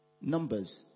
Numbers